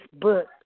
book